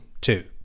two